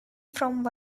from